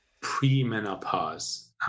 pre-menopause